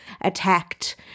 attacked